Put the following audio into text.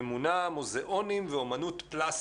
ממונה מוזיאונים ואומנות פלסטית,